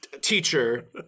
teacher